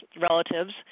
relatives